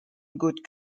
good